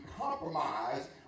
compromise